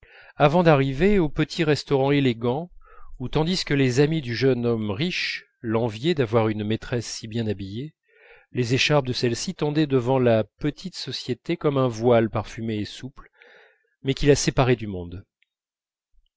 avant d'arriver au petit restaurant élégant où tandis que les amis du jeune homme riche l'enviaient d'avoir une maîtresse si bien habillée les écharpes de celle-ci tendaient devant la petite société comme un voile parfumé et souple mais qui la séparait du monde